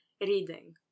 reading